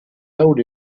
held